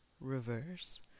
reverse